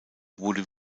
wurde